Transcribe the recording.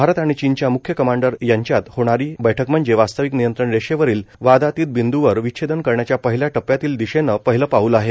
भारत आणि चीनच्या मुख्य कमांडर यांच्यात होणारी बैठक म्हणजे वास्तविक नियंत्रण रेषेवरील वादातीत बिंदूवर विच्छेदन करण्याच्या पहिल्या टप्प्यातील दिशेनं पहिलं पाऊल आहे